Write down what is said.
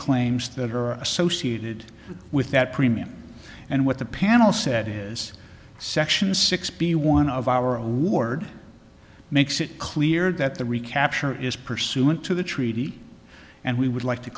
claims that are associated with that premium and what the panel said is section sixty one of our award makes it clear that the recapture is pursuant to the treaty and we would like to